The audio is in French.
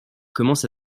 commence